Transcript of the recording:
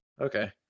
okay